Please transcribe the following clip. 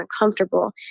uncomfortable